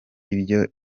ibyo